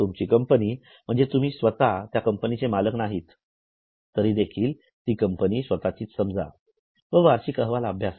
तुमची कंपनी म्हणजे तुम्ही स्वतः त्या कंपनी चे मालक नाहीत तरीदेखील ती कंपनी स्वतःची समजा व वार्षिक अहवाल अभ्यासा